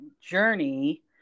journey